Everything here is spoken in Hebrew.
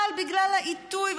אבל בגלל העיתוי,